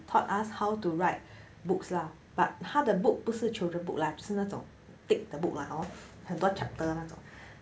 taught us how to write books lah but 他的 book 不是 children book leh 就是那种 thick 的 book lah hor 很多 chapter 那种